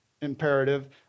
imperative